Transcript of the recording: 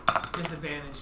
Disadvantage